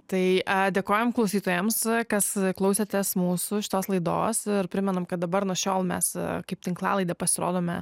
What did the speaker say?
tai e dėkojam klausytojams kas klausėtės mūsų šitos laidos primenam kad dabar nuo šiol mes kaip tinklalaidė pasirodome